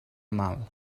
mal